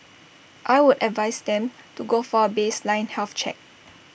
I would advise them to go for A baseline health check